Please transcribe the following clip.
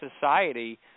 society